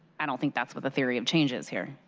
i don't think that's what the theory of change is here.